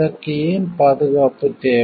அதற்கு ஏன் பாதுகாப்பு தேவை